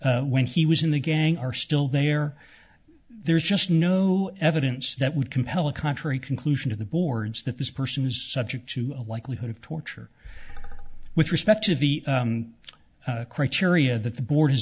when he was in the gang are still there there's just no evidence that would compel a contrary conclusion to the boards that this person is subject to a likelihood of torture with respect to the criteria that the board